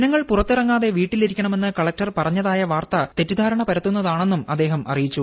ജനങ്ങൾ പുറത്തിറങ്ങാതെ വീട്ടിലിരിക്കണമെന്ന് കളക്ടർ പറഞ്ഞതായ വാർത്ത തെറ്റിദ്ധാരണ പരത്തൂന്നതാണെന്നൂം അദ്ദേഹം അറിയിച്ചു